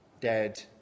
dead